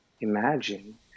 imagine